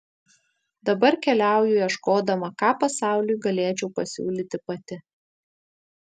dabar keliauju ieškodama ką pasauliui galėčiau pasiūlyti pati